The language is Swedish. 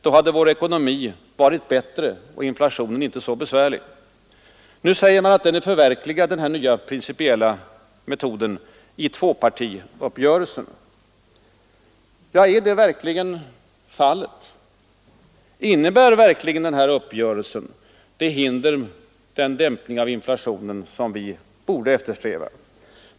Då hade vår ekonomi varit bättre och inflationen inte så besvärlig. Nu säger man att den här nya metoden är förverkligad i tvåpartiuppgörelsen. Är detta verkligen fallet? Innebär verkligen den här uppgörelsen den dämpning av inflationen som vi borde eftersträva?